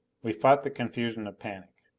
we fought the confusion of panic.